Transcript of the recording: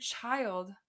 child